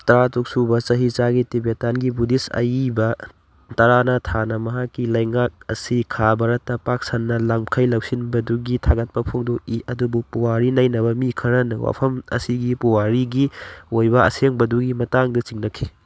ꯇꯔꯥ ꯇꯔꯨꯛ ꯁꯨꯕ ꯆꯍꯤ ꯆꯥꯒꯤ ꯇꯤꯕꯦꯇꯥꯟꯒꯤ ꯕꯨꯗꯤꯁ ꯑꯏꯕ ꯇꯔꯥꯅꯥ ꯊꯥꯅ ꯃꯍꯥꯛꯀꯤ ꯂꯩꯉꯥꯛ ꯑꯁꯤ ꯈꯥ ꯚꯥꯔꯠꯇ ꯄꯥꯛ ꯁꯟꯅ ꯂꯝꯈꯩ ꯂꯧꯁꯤꯟꯕꯗꯨꯒꯤ ꯊꯥꯒꯠꯄ ꯐꯣꯡꯗꯣꯛꯏ ꯑꯗꯨꯕꯨ ꯄꯨꯋꯥꯔꯤ ꯅꯩꯅꯕ ꯃꯤ ꯈꯔꯅ ꯋꯥꯐꯝ ꯑꯁꯤꯒꯤ ꯄꯨꯋꯥꯔꯤꯒꯤ ꯑꯣꯏꯕ ꯑꯁꯦꯡꯕꯗꯨꯒꯤ ꯃꯇꯥꯡꯗ ꯆꯤꯡꯅꯈꯤ